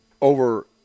over –